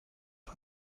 auf